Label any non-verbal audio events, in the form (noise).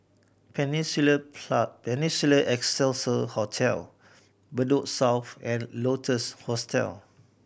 Peninsula (unintelligible) Peninsula Excelsior Hotel Bedok South and Lotus Hostel